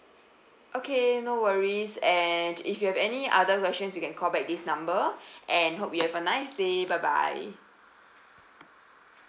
okay no worries and if you have any other questions you can call back this number and hope you have a nice day bye bye